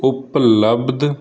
ਉਪਲੱਬਧ